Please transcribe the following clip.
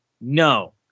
no